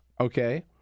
okay